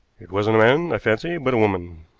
it wasn't a man, i fancy, but a woman.